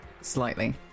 slightly